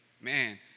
man